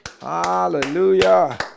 Hallelujah